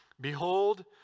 Behold